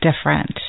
different